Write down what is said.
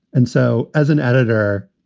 and so as an editor,